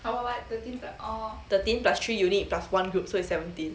thirteen plus three unit plus one group